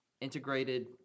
integrated